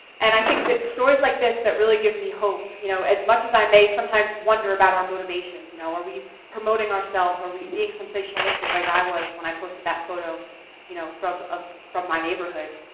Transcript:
and i think that it's stories like this, that really give me hope. you know as much as i may sometimes wonder about our motivations, you know, are we promoting ourselves? are we being sensationalistic? like i was when i posted that photo you know from ah from my neighbourhood.